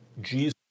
Jesus